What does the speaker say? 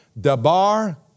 Dabar